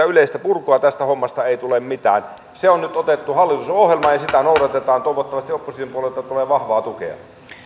yleistä purkua tästä hommasta ei tule mitään se on nyt otettu hallitusohjelmaan ja sitä noudatetaan toivottavasti opposition puolelta tulee vahvaa tukea